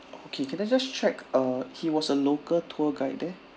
okay can I just check uh he was a local tour guide there